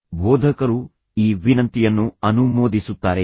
ಬೋಧಕರು ಈ ವಿನಂತಿಯನ್ನು ಅನುಮೋದಿಸುತ್ತಾರೆಯೇ